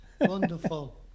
wonderful